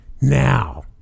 Now